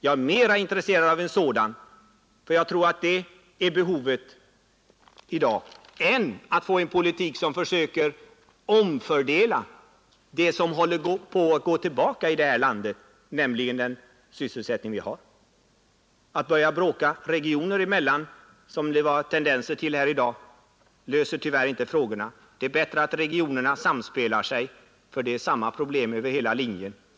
Jag är mera intresserad av att få en sådan helhetspolitik — eftersom jag menar att det finns stort behov av den i dag — än av en politik som söker omlokalisera den otillräckliga sysselsättningen som vi har. Att börja bråka regioner emellan, som det funnits vissa tendenser till här i dag, löser tyvärr inte problemen. Det är bättre att regionerna samspelar, eftersom samma problem förekommer över hela linjen.